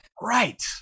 Right